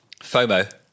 FOMO